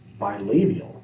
bilabial